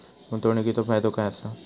गुंतवणीचो फायदो काय असा?